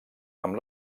amb